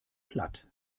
platt